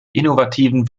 innovativen